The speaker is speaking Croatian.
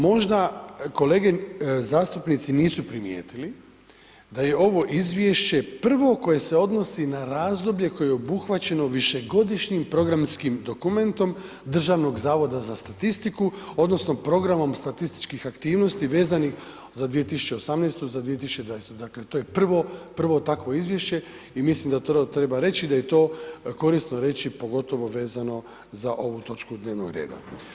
Možda kolege zastupnici nisu primijetili da je ovo izvješće prvo koje se odnosi na razdoblje koje je obuhvaćeno višegodišnjim programskim dokumentom Državnog zavoda za statistiku odnosno programom statističkih aktivnosti vezanih za 2018., za 2020., dakle to je prvo, prvo takvo izvješće i mislim da to treba reći da je to korisno reći pogotovo vezano za ovu točku dnevnog reda.